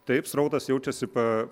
taip srautas jaučiasi pa